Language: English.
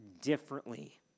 differently